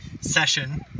Session